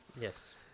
Yes